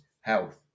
health